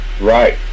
Right